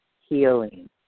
healing